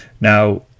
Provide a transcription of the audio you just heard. Now